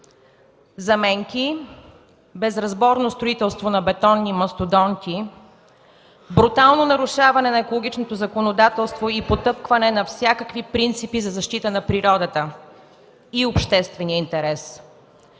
Заменки, безразборно строителство на бетонни мастодонти, брутално нарушаване на екологичното законодателство и потъпкване на всякакви принципи за защита на природата и обществения интерес